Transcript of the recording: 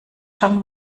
schon